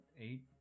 eight